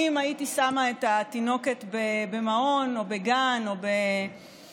אם הייתי שמה את התינוקת במעון או בגן או במקום,